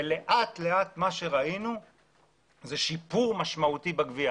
ולאט לאט ראינו שיפור משמעותי בגבייה.